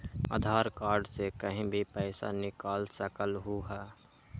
आधार card से कहीं भी कभी पईसा निकाल सकलहु ह?